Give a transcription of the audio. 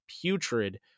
putrid